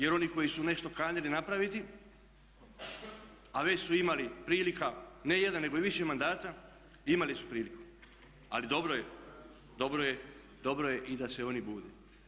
Jer oni koji su nešto kanili napraviti, a već su imali prilika ne jedan nego i više mandata imali su priliku, ali dobro je, dobro je i da se i oni bude.